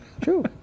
True